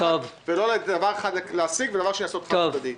ולא דבר אחד להשיג ודבר שני לעשות באופן חד-צדדי.